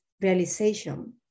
realization